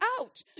out